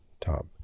top